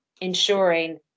ensuring